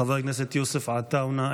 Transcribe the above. חבר הכנסת יוסף עטאונה,